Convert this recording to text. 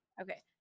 Okay